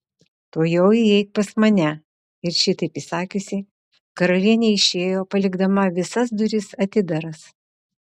tuojau įeik pas mane ir šitaip įsakiusi karalienė išėjo palikdama visas duris atidaras